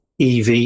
EV